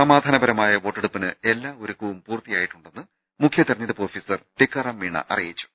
സമാധാനപരമായ വോട്ടെ ടുപ്പിന് എല്ലാ ഒരുക്കവും പൂർത്തിയായിട്ടുണ്ടെന്ന് മുഖ്യ തിരഞ്ഞെടുപ്പ് ഓഫീ സർ ടിക്കാറാംമീണ അറിയിച്ചു